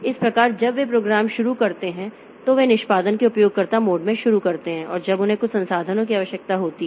इस प्रकार जब वे प्रोग्राम शुरू करते हैं तो वे निष्पादन के उपयोगकर्ता मोड में शुरू करते हैं और जब उन्हें कुछ संसाधनों की आवश्यकता होती है